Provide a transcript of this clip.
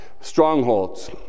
Strongholds